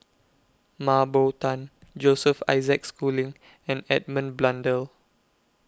Mah Bow Tan Joseph Isaac Schooling and Edmund Blundell